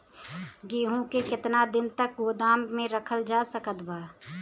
गेहूँ के केतना दिन तक गोदाम मे रखल जा सकत बा?